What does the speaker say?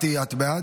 מטי, את בעד?